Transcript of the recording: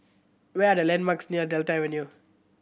where are the landmarks near Delta Avenue